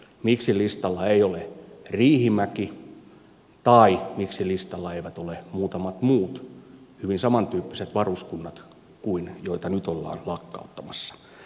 miksi listalla ei ole riihimäki tai miksi listalla eivät ole muutamat muut hyvin samantyyppiset varuskunnat kuin ne joita nyt ollaan lakkauttamassa